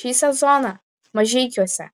šį sezoną mažeikiuose